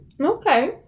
Okay